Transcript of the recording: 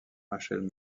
rachel